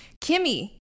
Kimmy